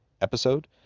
episode